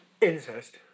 Incest